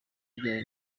byayo